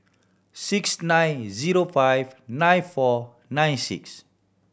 six nine zero five nine four nine six